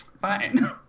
fine